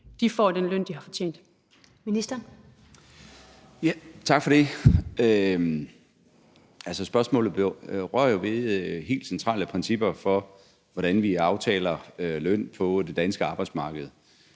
Skatteministeren (Morten Bødskov): Tak for det. Altså, spørgsmålet rører jo ved helt centrale principper for, hvordan vi aftaler løn på det danske arbejdsmarked.